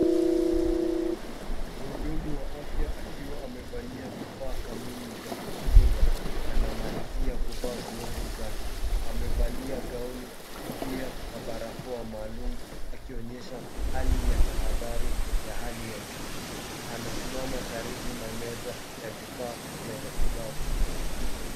Muhudumu wa afya akiwa amevalia vifaa kamili vya kujikinga, anamalizia kuvaa glovu zake. Amevalia gauni, kofia na barakoa maalum akionyesha hali ya tahadhari ya hali ya juu. Anasimama karibu na meza ya vifaa vya matibabu.